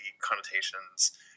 connotations